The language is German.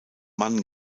mann